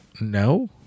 no